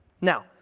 Now